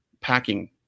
packing